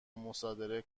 مصادره